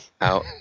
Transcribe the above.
out